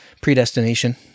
predestination